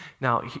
Now